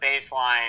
baseline